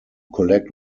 collect